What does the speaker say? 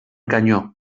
canyó